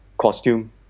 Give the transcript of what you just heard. costume